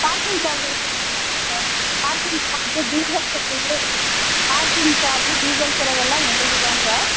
parking charge எல்லாம் இருக்குதுங்க sir parking charge diesel செலவு பார்க்கிங் சார்ஜு டீசல் செலவெல்லாம் எங்களுதுதான் சார்